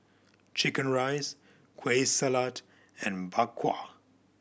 chicken rice Kueh Salat and Bak Kwa